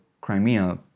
crimea